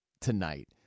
tonight